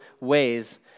ways